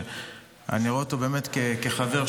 שאני רואה אותו באמת כחבר,